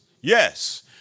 Yes